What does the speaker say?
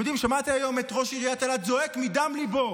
שמעתי היום את ראש עיריית אילת זועק מדם ליבו